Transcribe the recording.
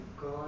God